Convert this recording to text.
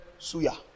suya